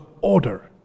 order